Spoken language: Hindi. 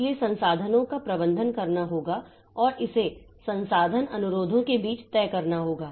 इसलिए संसाधनों का प्रबंधन करना होगा और इसे संसाधन अनुरोधों के बीच तय करना होगा